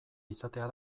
izatea